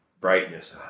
brightness